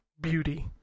beauty